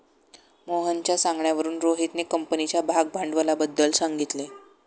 मोहनच्या सांगण्यावरून रोहितने कंपनीच्या भागभांडवलाबद्दल सांगितले